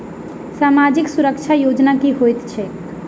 सामाजिक सुरक्षा योजना की होइत छैक?